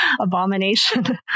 abomination